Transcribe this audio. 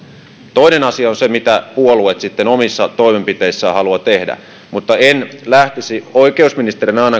toinen asia on se mitä puolueet sitten omissa toimenpiteissään haluavat tehdä mutta en lähtisi ainakaan oikeusministerinä